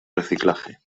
reciclaje